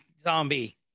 zombie